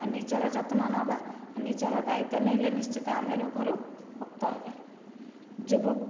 ନିଜର ଯତ୍ନ ନେବା ନିଜର ଦାୟିତ୍ୱ ନେଲେ ନିଶ୍ଚିତ ଆମେ ରୋଗରୁ ମୁକ୍ତ ହେବା ଯୁବ